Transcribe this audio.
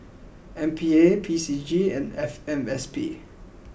M P A P C G and F M S P